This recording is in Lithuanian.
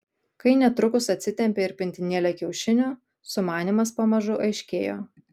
kai netrukus atsitempė ir pintinėlę kiaušinių sumanymas pamažu aiškėjo